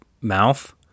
mouth